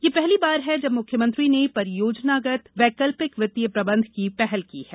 यह पहली बार है जब मुख्यमंत्री ने परियोजनागत वैकल्पिक वित्तीय प्रबंधन की पहल की है